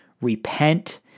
repent